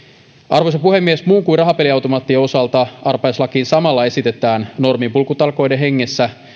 arvoisa puhemies rahapeliautomaattien osalta arpajaislakiin samalla esitetään norminpurkutalkoiden hengessä